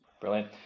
brilliant